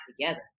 together